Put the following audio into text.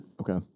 Okay